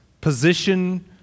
position